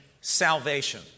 salvation